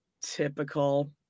typical